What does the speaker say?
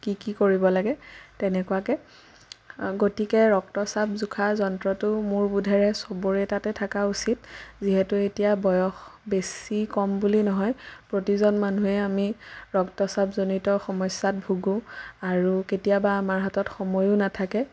কি কি কৰিব লাগে তেনেকুৱাকে গতিকে ৰক্তচাপ জোখা যন্ত্ৰটো মোৰ বোধেৰে চবৰে তাতে থকা উচিত যিহেতু এতিয়া বয়স বেছি কম বুলি নহয় প্ৰতিজন মানুহেই আমি ৰক্তচাপজনিত সমস্যাত ভোগো আৰু কেতিয়াবা আমাৰ হাতত সময়ো নাথাকে